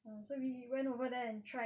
ah so we went over there and tried